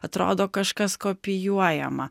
atrodo kažkas kopijuojama